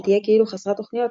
שתהיה כאילו חסרת תוכניות,